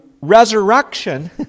resurrection